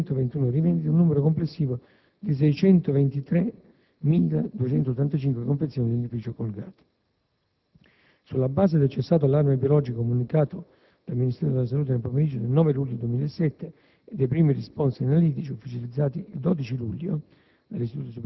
presso 121 rivendite un numero complessivo di 623.285 confezioni di dentifricio "Colgate" con etichettatura non conforme. Sulla base del cessato allarme biologico comunicato dal Ministero della Salute nel pomeriggio del 9 luglio 2007 e dei primi responsi analitici ufficializzati il 12 luglio